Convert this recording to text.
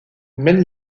mêle